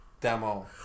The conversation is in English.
demo